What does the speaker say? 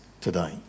today